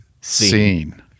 scene